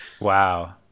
Wow